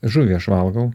žuvį aš valgau